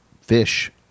fish